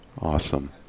Awesome